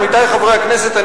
עמיתי חברי הכנסת,